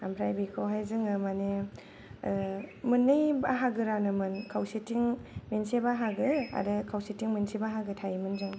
आमफ्राय बेखौहाय जोङो मानि मोननै बाहागो रानोमोन खावसेथिं मोनसे बाहागो आरो खावसेथिं मोनसे बाहागो थायोमोन जों